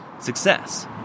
success